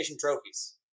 trophies